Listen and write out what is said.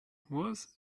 was